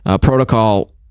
protocol